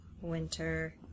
Winter